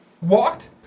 ...walked